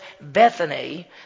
Bethany